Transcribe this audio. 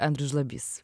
andrius žlabys